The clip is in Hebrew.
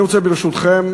אני רוצה, ברשותכם,